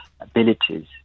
abilities